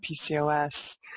PCOS